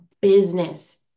business